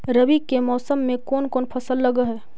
रवि के मौसम में कोन कोन फसल लग है?